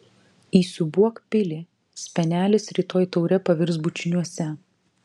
įsiūbuok pilį spenelis rytoj taure pavirs bučiniuose